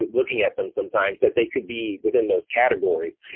looking at them sometimes, that they could be within those categories.